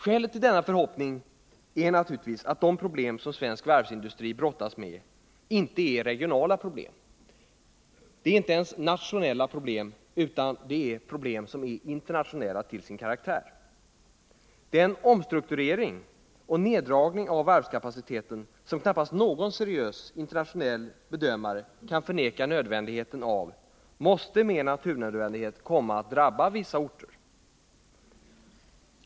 Skälet till denna förhoppning är naturligtvis att de problem som svensk varvsindustri brottas med inte är regionala problem. Det är inte ens nationella problem, utan det är problem som är internationella till sin karaktär. Den omstrukturering och neddragning av varvskapaciteten som knappast någon seriös internationell bedömare kan förneka nödvändigheten av måste med naturnödvändighet komma att drabba vissa orter.